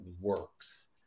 works